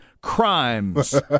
crimes